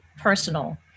personal